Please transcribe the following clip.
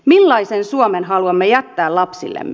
millaisen suomen haluamme jättää lapsillemme